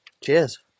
cheers